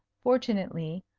fortunately,